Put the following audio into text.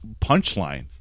punchline